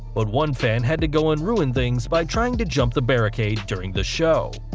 but one fans had to go and ruin things by trying to jump the barricade during the show.